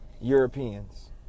Europeans